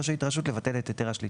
רשאית הרשות לבטל את היתר השליטה.